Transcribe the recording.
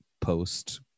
post